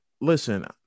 listen